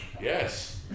Yes